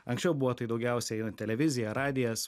anksčiau buvo tai daugiausiai na televizija radijas